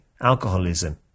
alcoholism